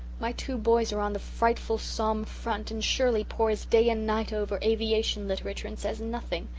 my two boys are on the frightful somme front and shirley pores day and night over aviation literature and says nothing.